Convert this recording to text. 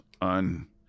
on